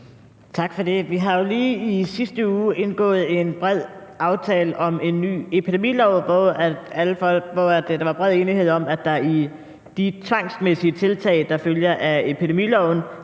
Tak for det. Vi har jo lige i sidste uge indgået en bred aftale om en ny epidemilov, hvor der var bred enighed om, at der i forbindelse med de tvangsmæssige tiltag, der følger af epidemiloven,